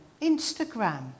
Instagram